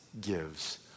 gives